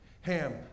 Ham